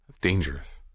Dangerous